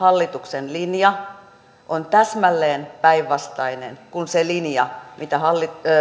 hallituksen linja on täsmälleen päinvastainen kuin se linja mitä